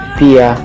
pia